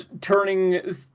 turning